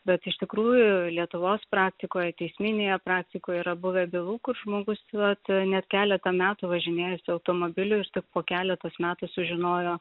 bet iš tikrųjų lietuvos praktikoj teisminėje praktikoj yra buvę bylų kur žmogus vat net keletą metų važinėjasi automobiliu ir tik po keletas metų sužinojo